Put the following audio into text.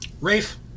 Rafe